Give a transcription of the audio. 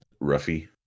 Ruffy